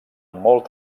molt